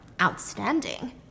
outstanding